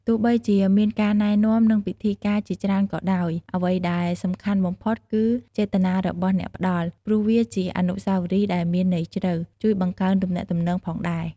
ទោះបីជាមានការណែនាំ និងពិធីការជាច្រើនក៏ដោយ អ្វីដែលសំខាន់បំផុតគឺ ចេតនារបស់អ្នកផ្តល់ ព្រោះវាជាអនុស្សាវរីយ៍ដែលមានន័យជ្រៅ ជួយបង្កើនទំនាក់ទំនងផងដែរ។